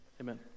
Amen